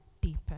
deeper